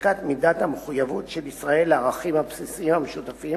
בדיקת מידת המחויבות של ישראל לערכים הבסיסיים המשותפים